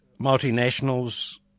multinationals